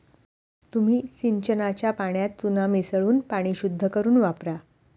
तुम्ही सिंचनाच्या पाण्यात चुना मिसळून पाणी शुद्ध करुन वापरा